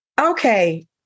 Okay